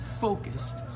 focused